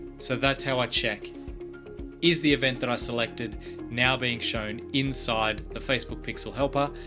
so that's how i check is the event that i selected now being shown inside the facebook pixel helper.